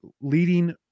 leading